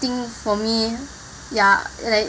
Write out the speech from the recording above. I think for me ya